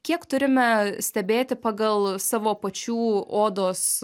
kiek turime stebėti pagal savo pačių odos